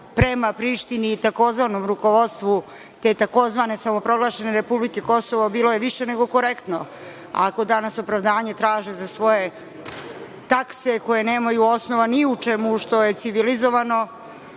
prema Prištini i takozvanom rukovodstvu te tzv. samoproglašene republike Kosovo, bilo je više nego korektno, ako danas opravdanje traže za svoje takse koje nemaju osnova ni u čemu što je civilizovano,